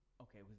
Okay